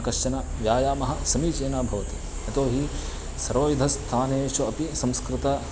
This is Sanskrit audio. कश्चनः व्यायामः समीचीनः भवति यतोहि सर्वविधस्थानेषु अपि संस्कृतम्